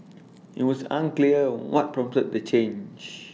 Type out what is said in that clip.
IT was unclear what prompted the change